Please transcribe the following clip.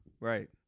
right